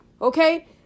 Okay